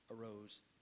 arose